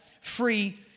free